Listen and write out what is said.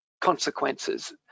consequences